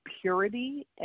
purity